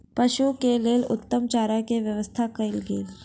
पशु के लेल उत्तम चारा के व्यवस्था कयल गेल